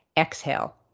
Exhale